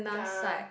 ka